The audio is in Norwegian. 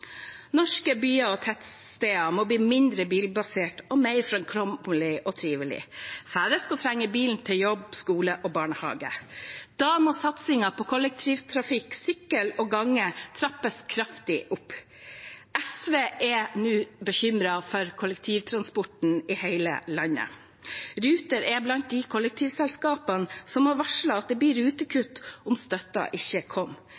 Norske byer og tettsteder må bli mindre bilbaserte og mer framkommelige og trivelige. Færre skal trenge bilen til jobb, skole og barnehage. Da må satsingen på kollektivtrafikk, sykkel og gange trappes kraftig opp. SV er nå bekymret for kollektivtransporten i hele landet. Ruter er blant de kollektivselskapene som har varslet at det blir rutekutt om støtten ikke